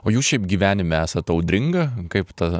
o jūs šiaip gyvenime esat audringa kaip ta